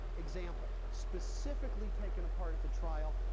example, specifically taken apart the trial,